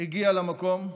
הגיע למקום.